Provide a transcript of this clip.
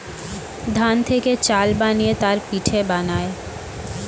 ধান থেকে চাল বানিয়ে তার পিঠে বানায়